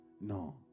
No